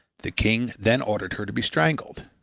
the king then ordered her to be strangled.